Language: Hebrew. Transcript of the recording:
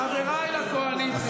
חבריי לקואליציה.